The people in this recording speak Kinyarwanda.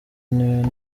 niwe